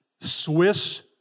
Swiss